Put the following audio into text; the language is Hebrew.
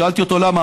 שאלתי אותו: למה?